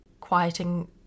quieting